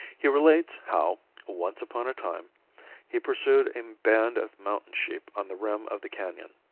he relates how once upon a time he pursued a band of mountain sheep on the rim of the canon.